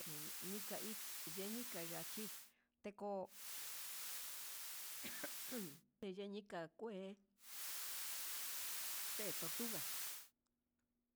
Jun nikai yenika ngachí teko ¡ujun ju! Ndeye nika kué nde tortuga.